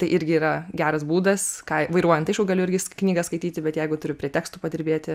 tai irgi yra geras būdas ką vairuojant tai aišku galiu irgi knygą skaityti bet jeigu turiu prie tekstų padirbėti